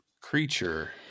creature